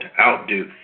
outdo